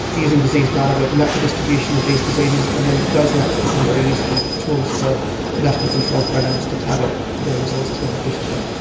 using disease data we've mapped distribution of these diseases and then those maps become very useful tools for national control programs to target their resources more efficiently.